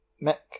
Mac